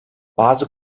bazı